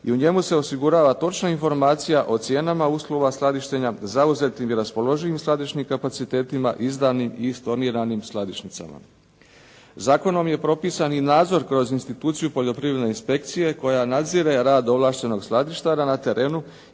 i u njemu se osigurava točna informacija o cijenama usluga skladištenja, zauzetim i raspoloživim skladišnim kapacitetima, izdanim i storniranim skladišnicama. Zakonom je propisan i nadzor kroz instituciju poljoprivredne inspekcije koja nadzire rad ovlaštenog skladištara na terenu